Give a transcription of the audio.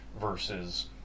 versus